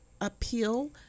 appeal